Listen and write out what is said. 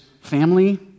family